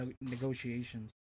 negotiations